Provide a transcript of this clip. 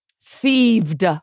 thieved